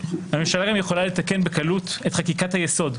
הממשלה גם יכולה לתקן בקלות את חקיקת היסוד,